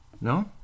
No